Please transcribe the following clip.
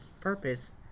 purpose